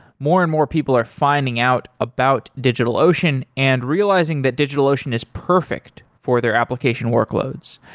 more and more people are finding out about digitalocean and realizing that digitalocean is perfect for their application workloads.